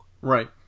Right